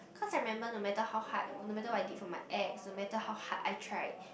cause I remember no matter how hard no matter what I did for my ex no matter how hard I tried